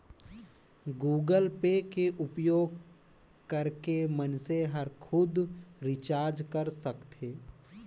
Google Pay के उपयोग करके मइनसे हर खुद रिचार्ज कर सकथे